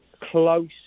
close